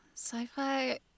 Sci-fi